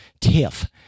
tiff